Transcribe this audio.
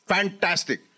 Fantastic